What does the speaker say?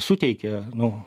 suteikė nu